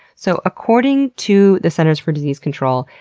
so according to the centers for disease control,